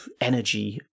energy